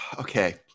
okay